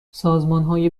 سازمانهای